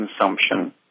consumption